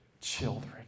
children